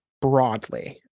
broadly